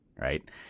right